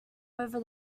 over